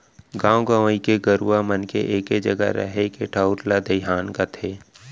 गॉंव गंवई के गरूवा मन के एके जघा रहें के ठउर ला दइहान कथें